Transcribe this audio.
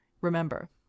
Remember